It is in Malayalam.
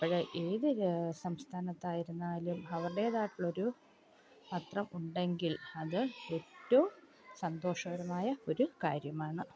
അപ്പോൾ ഏത് സംസ്ഥാനത്തായിരുന്നാലും അവരുടേതായിട്ടുള്ളൊരു പത്രം ഉണ്ടെങ്കിൽ അത് എറ്റവും സന്തോഷകരമായ ഒരു കാര്യമാണ്